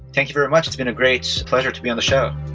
thank you very much. it's been a great pleasure to be on the show.